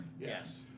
Yes